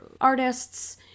artists